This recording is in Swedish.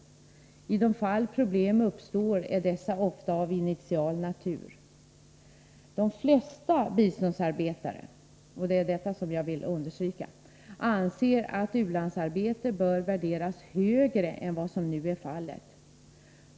I de fall problem uppstår är dessa oftast av initial natur. De flesta biståndsarbetarna” — och det är detta jag vill understryka — ”anser att u-landsarbete bör värderas högre än vad som nu är fallet.